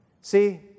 See